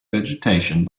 vegetation